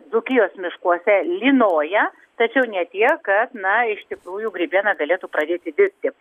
dzūkijos miškuose lynoja tačiau ne tiek kad na iš tikrųjų grybiena galėtų pradėti dirbti